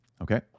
Okay